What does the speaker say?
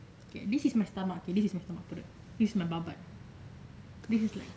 okay this is my stomach this is my stomach perut this is my babat this is like